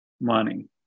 money